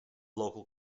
local